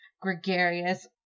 gregarious